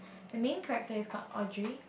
the main character is called Audrey